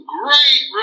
great